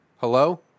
Hello